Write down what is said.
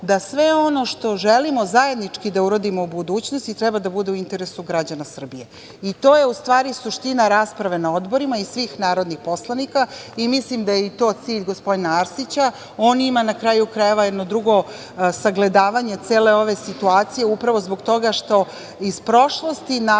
da sve ono što želimo zajednički da uradimo u budućnosti treba da bude u interesu građana Srbije. To je u stvari suština rasprave na odborima i svih narodnih poslanika. Mislim da je i to cilj gospodina Arsića. On ima, na kraju krajeva, jedno drugo sagledavanje cele ove situacije upravo zbog toga što iz prošlosti navodi